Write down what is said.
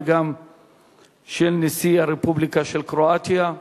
וגם של נשיא הרפובליקה של קרואטיה.